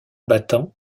battant